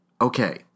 Okay